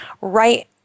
right